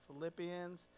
Philippians